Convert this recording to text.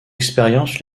expériences